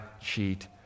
cheat